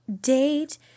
Date